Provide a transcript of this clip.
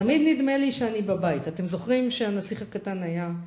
תמיד נדמה לי שאני בבית. אתם זוכרים שהנסיך הקטן היה...